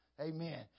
Amen